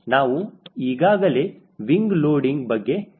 ನಾವು ಈಗಾಗಲೇ wing loading ಬಗ್ಗೆ ತಿಳಿದಿದ್ದೇವೆ